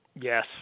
Yes